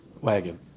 wagon